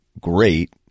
great